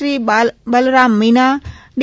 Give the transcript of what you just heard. Shri Balram Meena D